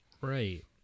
Right